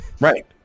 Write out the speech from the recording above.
Right